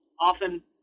often